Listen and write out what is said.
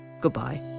Goodbye